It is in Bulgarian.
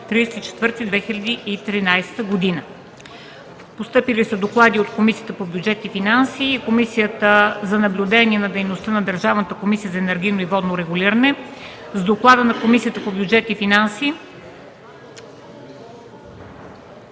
Комисията за наблюдение на дейността на Държавната комисия за енергийно и водно регулиране. С доклада на Комисията по бюджет и финанси